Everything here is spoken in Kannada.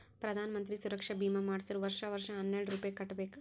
ಪ್ರಧಾನ್ ಮಂತ್ರಿ ಸುರಕ್ಷಾ ಭೀಮಾ ಮಾಡ್ಸುರ್ ವರ್ಷಾ ವರ್ಷಾ ಹನ್ನೆರೆಡ್ ರೂಪೆ ಕಟ್ಬಬೇಕ್